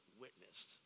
witnessed